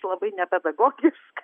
labai nepedagogiška